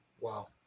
wow